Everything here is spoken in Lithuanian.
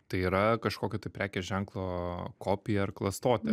tai yra kažkokio tai prekės ženklo kopija ar klastotė